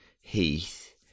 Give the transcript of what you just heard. Heath